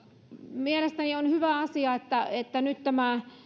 mielestäni on hyvä asia että että nyt tämä